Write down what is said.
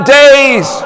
days